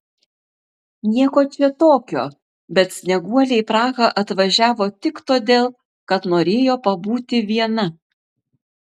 nieko čia tokio bet snieguolė į prahą atvažiavo tik todėl kad norėjo pabūti viena